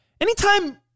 anytime